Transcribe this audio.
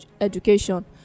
education